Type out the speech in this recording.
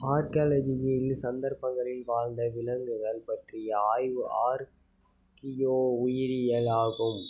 archaeology சந்தர்ப்பங்களில் வாழ்ந்த விலங்குகள் பற்றிய ஆய்வு ஆர்க்கியோ உயிரியல் ஆகும்